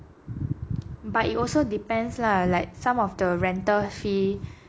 but it also depends lah like some of the rental fee